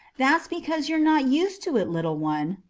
that's because you are not used to it, little one.